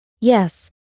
Yes